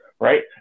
right